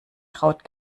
kraut